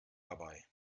dabei